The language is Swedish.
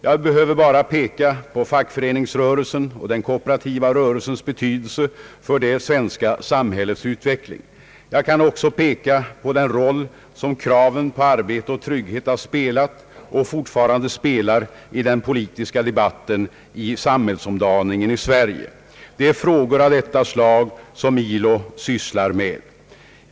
Jag behöver bara peka på fackföreningsrörelsens och den kooperativa rörelsens betydelse för det svenska samhällets utveckling. Jag kan också peka på den roll som kraven på arbete och trygghet har spelat och fortfarande spelar i den politiska debatten i samhällsomdaningen i Sverige. Det är frågor av detta slag som ILO sysslar med.